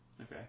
Okay